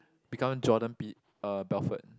become Jordan B uh Belfort